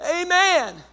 Amen